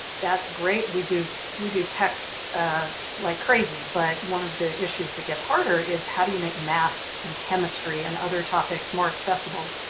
that's great we do we do text like crazy, but one of the issues that gets harder is how do you make math and chemistry and other topics more accessible?